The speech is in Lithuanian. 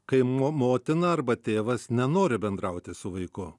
kai mo motina arba tėvas nenori bendrauti su vaiku